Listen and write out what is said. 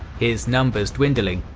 his numbers dwindling,